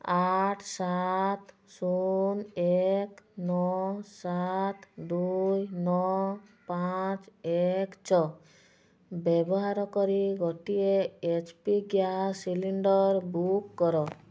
ଆଠ ସାତ ଶୂନ ଏକ ନଅ ସାତ ଦୁଇ ନଅ ପାଞ୍ଚ ଏକ ଛଅ ବ୍ୟବହାର କରି ଗୋଟିଏ H P gas cylinder book କର